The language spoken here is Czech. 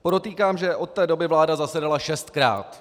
Podotýkám, že od té doby vláda zasedala šestkrát.